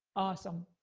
awesome,